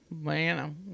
Man